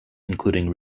including